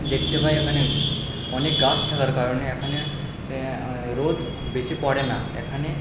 দেখতে পাই মানে অনেক গাছ থাকার কারণে এখানে রোদ বেশি পড়ে না এখানে